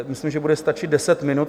Myslím, že bude stačit deset minut.